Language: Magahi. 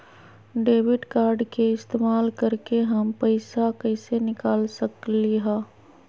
डेबिट कार्ड के इस्तेमाल करके हम पैईसा कईसे निकाल सकलि ह?